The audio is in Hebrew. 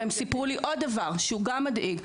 והם סיפרו לי עוד דבר שהוא גם מדאיג,